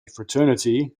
fraternity